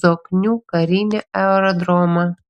zoknių karinį aerodromą